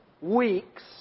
weeks